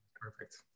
Perfect